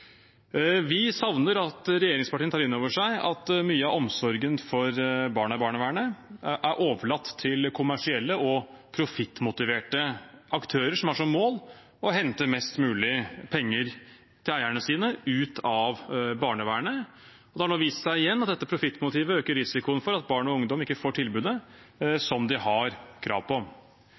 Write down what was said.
Vi savner at regjeringspartiene tar inn over seg at mye av omsorgen for barna i barnevernet er overlatt til kommersielle og profittmotiverte aktører som har som mål å hente mest mulig penger til eierne sine ut av barnevernet. Det har nå vist seg igjen at dette profittmotivet øker risikoen for at barn og ungdom ikke får tilbudet de har krav